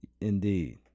Indeed